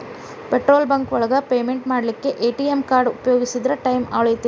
petrol bunk ಒಳಗ payment ಮಾಡ್ಲಿಕ್ಕೆ ATM card ಉಪಯೋಗಿಸಿದ್ರ ಟೈಮ್ ಉಳಿತೆತಿ